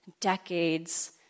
decades